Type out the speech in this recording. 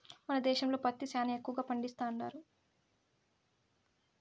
మన దేశంలో పత్తి సేనా ఎక్కువగా పండిస్తండారు